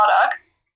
products